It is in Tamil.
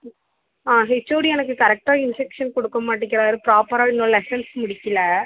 ம் ஆ ஹெச்ஓடி எனக்கு கரெக்டாக இன்ஸ்ட்ரக்க்ஷன் கொடுக்க மாட்டேங்கிறாரு ப்ராப்பராக இன்னும் லெஸ்ஸன்சு முடிக்கல